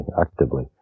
actively